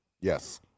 Yes